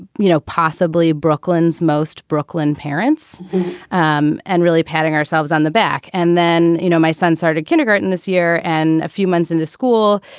you know, possibly brooklyn's most brooklyn parents um and really patting ourselves on the back. and then, you know, my son started kindergarten this year and a few months in the school,